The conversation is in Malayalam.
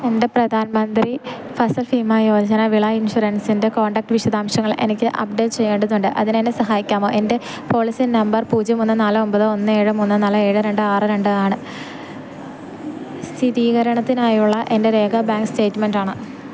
എൻ്റെ പ്രധാൻ മന്ത്രി ഫസൽ ഭീമാ യോജന വിള ഇൻഷുറൻസിൻ്റെ കോൺടാക്റ്റ് വിശദാംശങ്ങൾ എനിക്ക് അപ്ഡേറ്റ് ചെയ്യേണ്ടതുണ്ട് അതിനെന്നെ സഹായിക്കാമോ എൻ്റെ പോളിസി നമ്പർ പൂജ്യം മൂന്ന് നാല് ഒമ്പത് ഒന്ന് ഏഴ് മൂന്ന് നാല് ഏഴ് രണ്ട് ആറ് രണ്ട് ആണ് സ്ഥിരീകരണത്തിനായുള്ള എൻ്റെ രേഖ ബാങ്ക് സ്റ്റേറ്റമെൻറ്റ് ആണ്